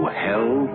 hell